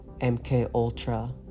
MKUltra